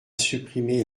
supprimé